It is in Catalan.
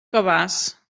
cabàs